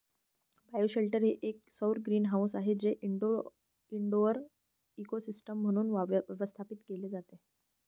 bioshelter हे एक सौर ग्रीनहाऊस आहे जे इनडोअर इकोसिस्टम म्हणून व्यवस्थापित केले जाते